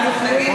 מה זה פוררה?